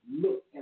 look